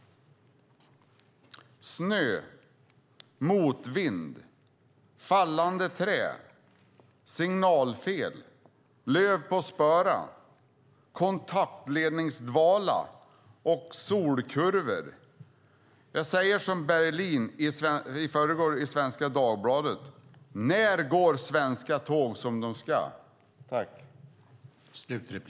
Snö, motvind, fallande träd, signalfel, löv på spåren, kontaktledningsdvala och solkurvor - jag säger som Berglin i förrgår i Svenska Dagbladet: "När går svenska tåg som dom skall?"